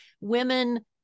women